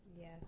yes